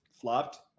flopped